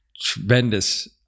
tremendous